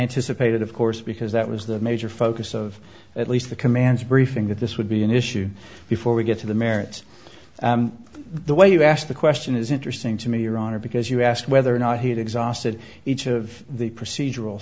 anticipated of course because that was the major focus of at least the command's briefing that this would be an issue before we get to the merits of the way you asked the question is interesting to me your honor because you asked whether or not he had exhausted each of the procedural